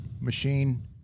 machine